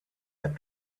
their